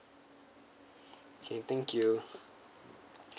okay thank you